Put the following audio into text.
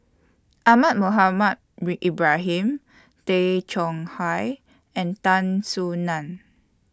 Ahmad Mohamed Ibrahim Tay Chong Hai and Tan Soo NAN